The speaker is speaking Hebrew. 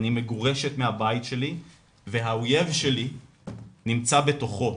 אני מגורשת מהבית שלי והאויב שלי נמצא בתוכו,